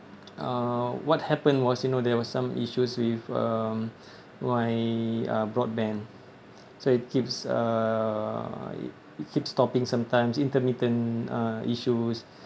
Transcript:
uh what happened was you know there were some issues with um my uh broadband so it keeps uh it it keeps stopping sometimes intermittent uh issues